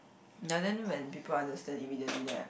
ya then when people understand immediately then I